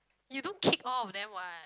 you don't kick all of them what